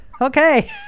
Okay